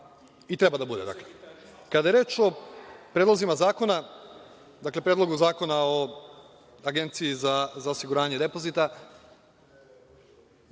i treba da bude. Kada je reč o predlozima zakona, dakle Predlogu zakona o Agenciji za osiguranje od depozita,